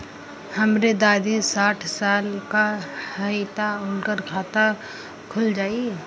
हमरे दादी साढ़ साल क हइ त उनकर खाता खुल जाई?